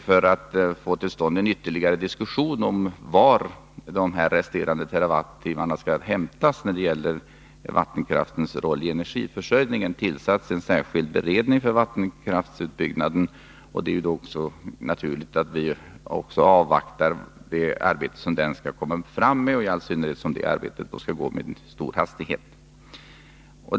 För att få till stånd en ytterligare diskussion om var de resterande terrawattimmarna från vattenkraft skall hämtas har det tillsatts en särskild beredning för vattenkraftsutbyggnaden. Det är naturligt att vi avvaktar det resultat som den kan komma fram till, i all synnerhet som dess arbete skall bedrivas med stor skyndsamhet.